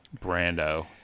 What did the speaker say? Brando